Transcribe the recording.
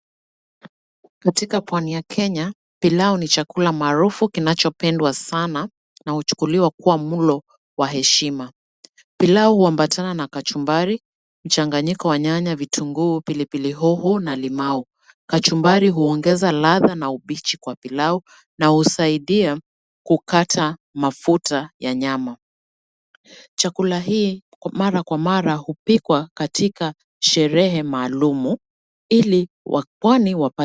Katika pwani ya Kenya, pilau ni chakula kinachopendwa sana, na huchukuliwa kuwa mlo wa heshima. Pilau huambatana na kachumbari, mchanganyiko wa nyanya, vitunguu, pilipili hoho, na limau. Kachumbari huongeza ladha na ubichi kwa pilau, na husaidia kukata mafuta ya nyama. Chakula hii kwa mara kwa mara hupikwa katika sherehe maalum, ili kwani wapwani wapate.